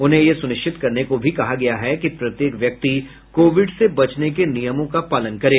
उन्हें यह सुनिश्चित करने को भी कहा गया है कि प्रत्येक व्यक्ति कोविड से बचने के नियमों का पालन करे